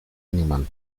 animal